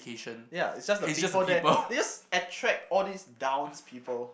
ya it's just the people there they just attract all these downs people